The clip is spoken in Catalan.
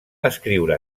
escriure